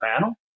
panel